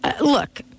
look